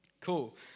Cool